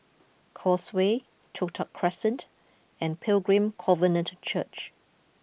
Causeway Toh Tuck Crescent and Pilgrim Covenant Church